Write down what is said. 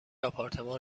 آپارتمان